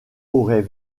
aurait